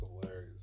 hilarious